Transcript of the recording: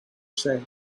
said